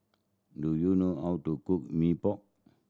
do you know how to cook Mee Pok